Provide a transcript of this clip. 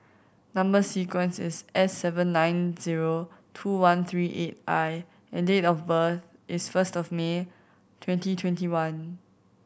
number sequence is S seven nine zero two one three eight I and date of birth is first of May twenty twenty one